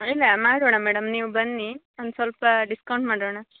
ಅಡ್ಡಿಲ್ಲ ಮಾಡೋಣ ಮೇಡಮ್ ನೀವು ಬನ್ನಿ ಒಂದು ಸ್ವಲ್ಪ ಡಿಸ್ಕೌಂಟ್ ಮಾಡೋಣ